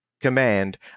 command